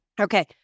okay